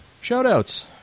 Shout-outs